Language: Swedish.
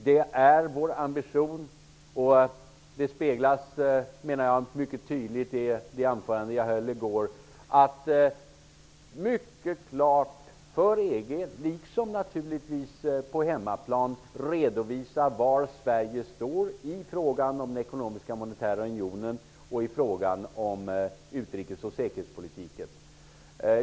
Det är vår ambition, och det speglas mycket tydligt i det anförande jag höll i går, att mycket klart för EG, liksom naturligtvis på hemmaplan, redovisa var Sverige står i frågan om den ekonomiska och monetära unionen och i frågan om utrikes och säkerhetspolitiken.